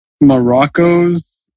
Morocco's